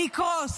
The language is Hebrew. יקרוס.